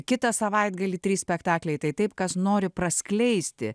kitą savaitgalį trys spektakliai tai taip kas nori praskleisti